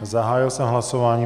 Zahájil jsem hlasování.